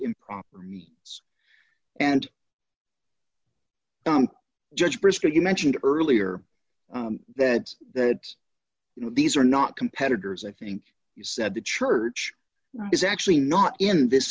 improper me and judge briscoe you mentioned earlier that that you know these are not competitors i think you said the church is actually not in this